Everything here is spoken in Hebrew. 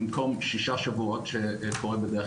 במקום שישה שבועות כפי שקורה בדרך